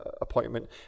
appointment